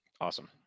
Awesome